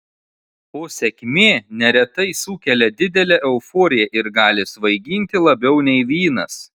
o sėkmė neretai sukelia didelę euforiją ir gali svaiginti labiau nei vynas